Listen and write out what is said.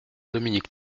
dominique